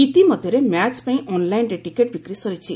ଇତିମଧ୍ଧରେ ମ୍ୟାଚ୍ ପାଇଁ ଅନ୍ଲାଇନ୍ରେ ଟିକଟ ବିକ୍ ସରିଛି